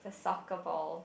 a soccer ball